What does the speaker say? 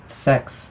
sex